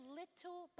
little